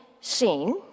seen